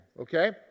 okay